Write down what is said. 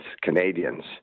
Canadians